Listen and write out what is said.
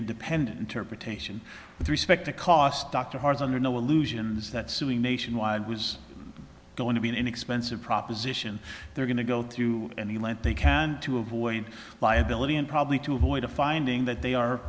independent interpretation with respect to cost dr harlan under no illusions that suing nationwide was going to be an expensive proposition they're going to go through and the length they can to avoid liability and probably to avoid a finding that they are